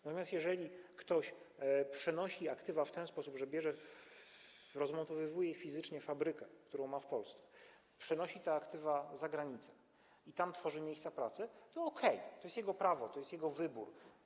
Natomiast jeżeli ktoś przenosi aktywa w ten sposób, że rozmontowuje fizycznie fabrykę, którą ma w Polsce, przenosi te aktywa za granicę i tam tworzy miejsca pracy, to okej, to jest jego prawo, to jest jego wybór.